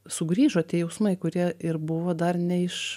sugrįžo tie jausmai kurie ir buvo dar neišrado neiš